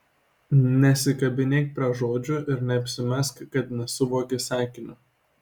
nesikabinėk prie žodžių ir neapsimesk kad nesuvoki sakinio